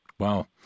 Wow